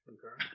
Okay